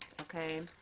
okay